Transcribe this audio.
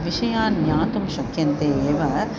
विषयान् ज्ञातुं शक्यन्ते एव